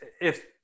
if-